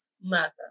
Mother